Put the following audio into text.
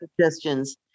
suggestions